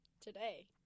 Today